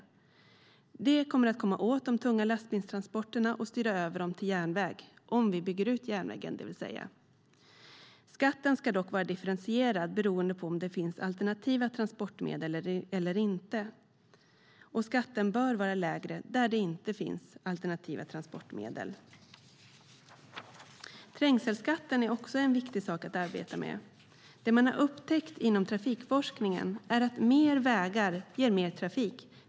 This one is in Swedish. Det kommer åt de tunga lastbilstransporterna och styr över dem på järnväg - om vi bygger ut järnvägen, vill säga. Skatten ska dock vara differentierad beroende på om det finns alternativa transportmedel eller inte. Skatten bör vara lägre där det inte finns alternativa transportmedel. Trängselskatten är också en viktig sak att arbeta med. Det man har upptäckt inom trafikforskningen är att mer vägar ger mer trafik.